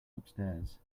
upstairs